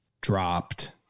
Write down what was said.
dropped